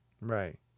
Right